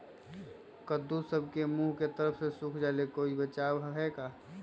कददु सब के मुँह के तरह से सुख जाले कोई बचाव है का?